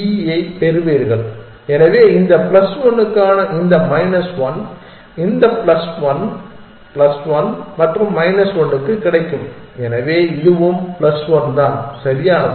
E ஐப் பெறுவீர்கள் எனவே இந்த பிளஸ் 1 க்கான இந்த மைனஸ் 1 இந்த பிளஸ் 1 பிளஸ் 1 மற்றும் மைனஸ் 1 க்கு கிடைக்கும் எனவே இதுவும் பிளஸ் 1 தான் சரியானது